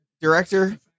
Director